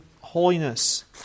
holiness